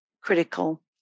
critical